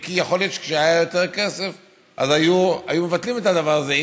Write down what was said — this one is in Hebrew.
אם כי יכול להיות שאם היה יותר כסף היו מבטלים את הדבר הזה,